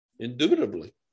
Indubitably